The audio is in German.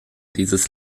dieses